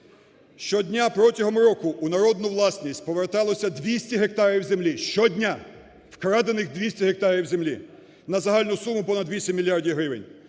Щодня протягом року у народну власність поверталося 200 гектарів землі. Щодня. Вкрадених 200 гектарів землі. На загальну суму понад 200